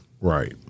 right